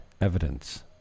evidence